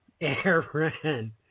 Aaron